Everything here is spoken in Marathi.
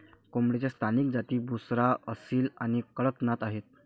कोंबडीच्या स्थानिक जाती बुसरा, असील आणि कडकनाथ आहेत